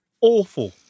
awful